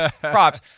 props